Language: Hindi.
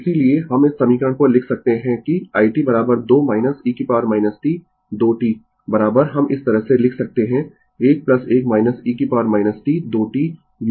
इसीलिए हम इस समीकरण को लिख सकते है कि i t 2 e t 2 t हम इस तरह से लिख सकते है 1 1 e t 2 t u ठीक है